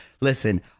Listen